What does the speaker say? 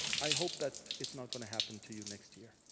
i hope that it's not going to happen to you next year.